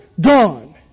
gone